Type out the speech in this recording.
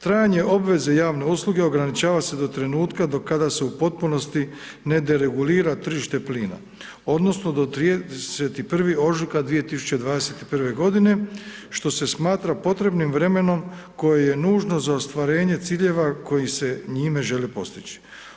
Trajanje obveze javne usluge ograničava se do trenutka do kada se u potpunosti ne deregulira tržište plina odnosno do 31. ožujka 2021. godine što se smatra potrebnim vremenom koje je nužno za ostvarenje ciljeva koji se njime žele postići.